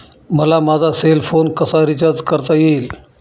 मला माझा cell phone कसा रिचार्ज करता येईल?